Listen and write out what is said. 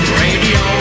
radio